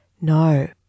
no